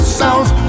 south